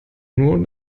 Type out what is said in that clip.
nur